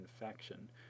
infection